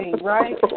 right